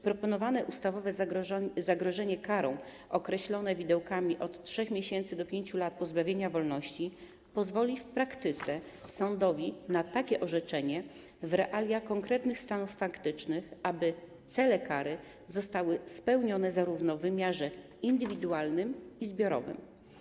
Proponowane ustawowe zagrożenie karą określone widełkami od 3 miesięcy do 5 lat pozbawienia wolności pozwoli w praktyce sądowi na takie orzekanie w realiach konkretnych stanów faktycznych, aby cele kary zostały spełnione w wymiarze zarówno indywidualnym, jak i zbiorowym.